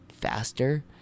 faster